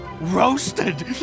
Roasted